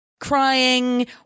crying